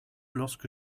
lorsque